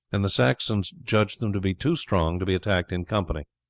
and the saxons judged them to be too strong to be attacked in company.